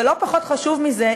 ולא פחות חשוב מזה,